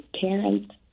parents